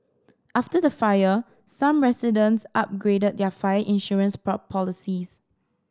after the fire some residents upgraded their fire insurance policies